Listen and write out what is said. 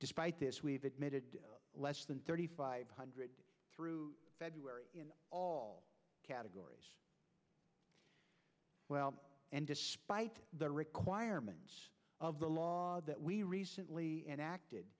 despite this we've admitted less than thirty five hundred through february all categories well and despite the requirements of the law that we recently enacted